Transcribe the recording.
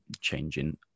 changing